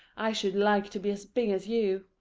i should like to be as big as you.